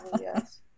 Yes